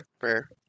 fair